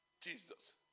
Jesus